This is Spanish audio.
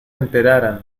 enteraran